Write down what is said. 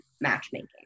matchmaking